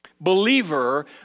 believer